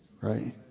right